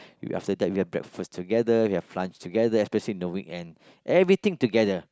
we after that we have breakfast together we have lunch together especially in the weekend everything together